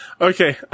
Okay